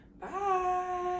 Bye